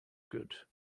good